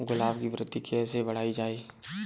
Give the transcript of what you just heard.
गुलाब की वृद्धि कैसे बढ़ाई जाए?